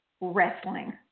Wrestling